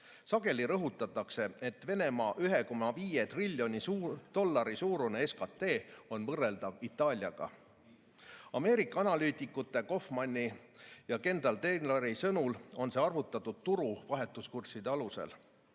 Sageli rõhutatakse, et Venemaa 1,5 triljoni dollari suurune SKT on võrreldav Itaalia omaga. Ameerika analüütikute Kofmani ja Kendall-Taylori sõnul on see arvutatud turu vahetuskursside alusel.